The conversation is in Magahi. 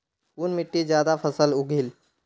कुन मिट्टी ज्यादा फसल उगहिल?